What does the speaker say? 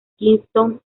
kingston